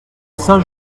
saint